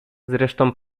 zresztą